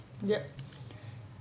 yup